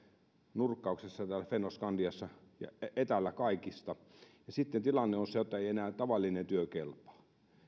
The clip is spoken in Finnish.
nurkkauksessa täällä fennoskandiassa ja etäällä kaikista ja sitten tilanne on se että ei enää tavallinen työ kelpaa